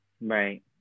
Right